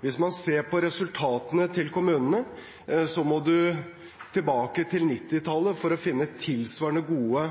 Hvis man ser på resultatene til kommunene, må man tilbake til 1990-tallet for å finne tilsvarende gode